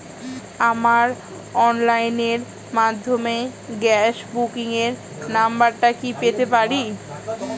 আমার অনলাইনের মাধ্যমে গ্যাস বুকিং এর নাম্বারটা কি পেতে পারি?